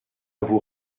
vous